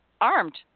armed